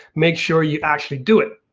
make sure you actually do it.